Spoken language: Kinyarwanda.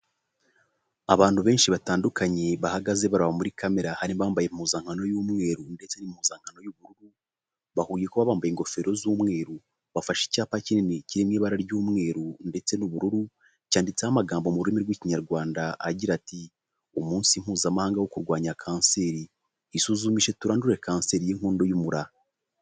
Abantu benshi batandukanye, bahagaze baraba muri kamera, harimo bambaye impuzankano y'umweru ndetse n'impuzankano y'ubururu, bahuye kuba bambaye ingofero z'umweru, bafashe icyapa kinini kiri mu ibara ry'umweru ndetse n'ubururu, cyanditseho amagambo mu rurimi rw'Ikinyarwanda agira ati: "Umunsi Mpuzamahanga wo kurwanya kanseri, isuzumishe turandure kanseri y'inkondo y'umura."